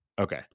Okay